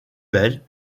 belle